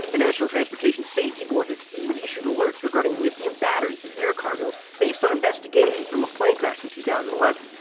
the national transportation safety board has even issued alerts regarding lithium batteries as air cargo, based on investigations from a plane crash in two thousand and eleven.